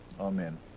Amen